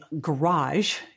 garage